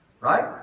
Right